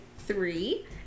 three